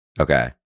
Okay